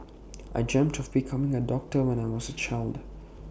I dreamed of becoming A doctor when I was A child